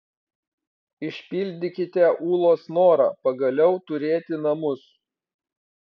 išpildykite ūlos norą pagaliau turėti namus